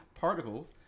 particles